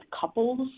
couples